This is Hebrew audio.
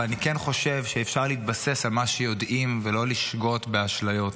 אבל אני כן חושב שאפשר להתבסס על מה שיודעים ולא לשגות באשליות.